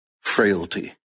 frailty